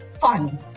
fun